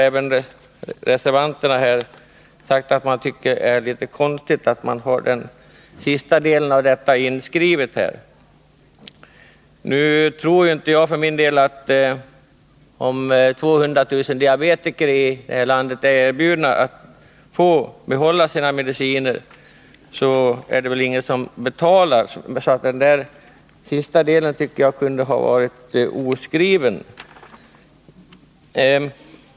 Även reservanterna tycker det är konstigt att den sista delen av detta är inskrivet. — Nu tror jag för min del att om 200 000 diabetiker i det här landet är erbjudna att få behålla sina fria mediciner, så är det väl ingen av dem som vill betala för dem, så den sista delen tycker jag gott kunde ha varit oskriven.